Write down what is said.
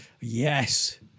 Yes